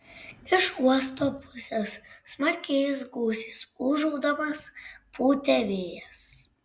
iš uosto pusės smarkiais gūsiais ūžaudamas pūtė vėjas